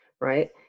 right